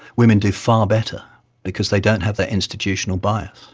women do far better because they don't have that institutional bias.